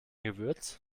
gewürz